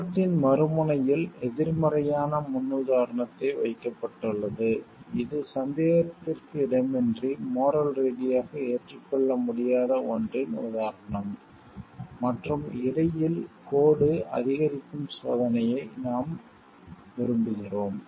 இடத்தின் மறுமுனையில் எதிர்மறையான முன்னுதாரணத்தை வைக்கப்பட்டுள்ளது இது சந்தேகத்திற்கு இடமின்றி மோரல் ரீதியாக ஏற்றுக்கொள்ள முடியாத ஒன்றின் உதாரணம் மற்றும் இடையில் கோடு அதிகரிக்கும் சோதனையை நாம் விரும்புகிறோம்